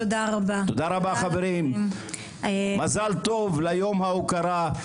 תודה רבה חברים, מזל טוב ליום ההוקרה.